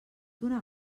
donar